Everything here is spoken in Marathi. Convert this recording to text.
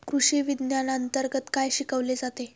कृषीविज्ञानांतर्गत काय शिकवले जाते?